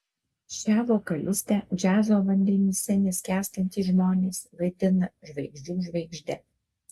šią vokalistę džiazo vandenyse neskęstantys žmonės vadina žvaigždžių žvaigžde